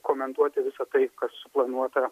komentuoti visa tai kas suplanuota